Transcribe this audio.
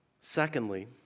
Secondly